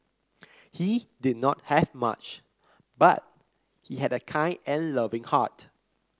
he did not have much but he had a kind and loving heart